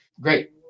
Great